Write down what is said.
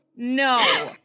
No